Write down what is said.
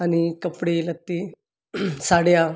आणि कपडेलत्ते साड्या